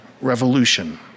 revolution